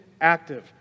active